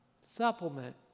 supplement